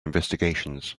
investigations